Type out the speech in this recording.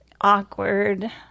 awkward